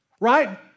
right